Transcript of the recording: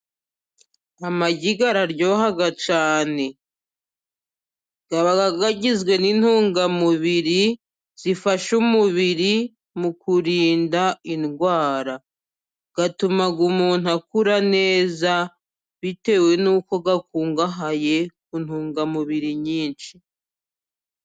Amagi araryoha cyane. Aba agizwe n'intungamubiri zifasha umubiri mu kurinda indwara, atuma umuntu akura neza bitewe n'uko akungahaye ku ntungamubiri nyinshi.